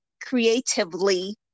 creatively